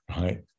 right